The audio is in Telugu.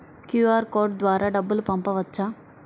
క్యూ.అర్ కోడ్ ద్వారా డబ్బులు పంపవచ్చా?